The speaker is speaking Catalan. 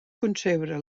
concebre